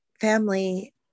family